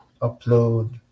upload